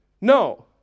No